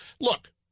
look